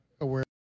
aware